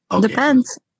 depends